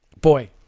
Boy